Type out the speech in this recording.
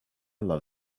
love